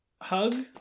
hug